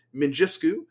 Minjisku